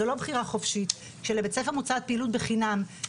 זו לא בחירה חופשית; כשלבית ספר מוצעת פעילות בבתי